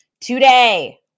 Today